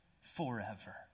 Forever